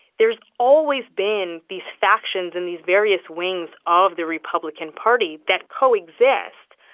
there has always been these factions and these various wings of the republican party that coexist,